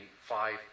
five